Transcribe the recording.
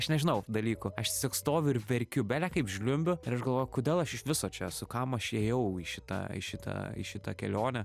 aš nežinau tų dalykų aš tiesiog stoviu ir verkiu bele kaip žliumbiu ir aš galvoju kodėl aš iš viso čia esu kam aš ėjau į šitą į šitą į šitą kelionę